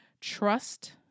trust